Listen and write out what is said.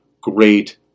great